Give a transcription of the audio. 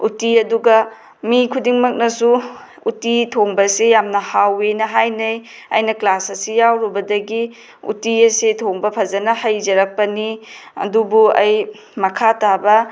ꯎꯇꯤ ꯑꯗꯨꯒ ꯃꯤꯈꯨꯗꯤꯡꯃꯛꯅꯁꯨ ꯎꯇꯤ ꯊꯣꯡꯕꯁꯤ ꯌꯥꯝꯅ ꯍꯥꯎꯏꯅ ꯍꯥꯏꯅꯩ ꯑꯩꯅ ꯀ꯭ꯂꯥꯁ ꯑꯁꯤ ꯌꯥꯎꯔꯨꯕꯗꯒꯤ ꯎꯇꯤ ꯑꯁꯦ ꯐꯖꯅ ꯊꯣꯡꯕ ꯍꯩꯖꯔꯛꯄꯅꯤ ꯑꯗꯨꯕꯨ ꯑꯩ ꯃꯈꯥ ꯇꯥꯕ